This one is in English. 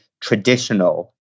traditional